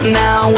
now